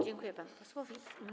Dziękuję panu posłowi.